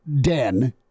den